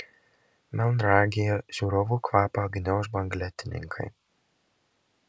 melnragėje žiūrovų kvapą gniauš banglentininkai